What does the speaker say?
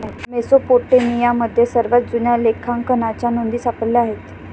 मेसोपोटेमियामध्ये सर्वात जुन्या लेखांकनाच्या नोंदी सापडल्या आहेत